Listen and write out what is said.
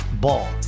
Ball